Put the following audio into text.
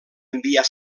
enviar